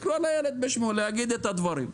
להגיד את הדברים.